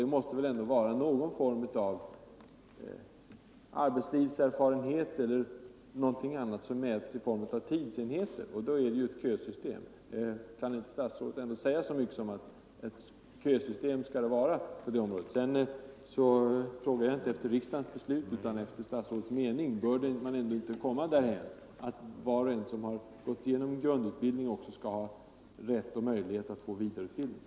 Det måste bli någon form av arbetslivserfarenhet, eller någonting liknande som mäts i form av tidsenheter. Då blir det ett kösystem. Kan inte statsrådet gå med på att det bör vara ett kösystem för intagningen? Jag frågar inte efter riksdagens beslut utan efter statsrådets mening. Bör man inte komma därhän att var och en som gått igenom grundutbildningen också skall ha rätt och möjlighet att få vidareutbildning?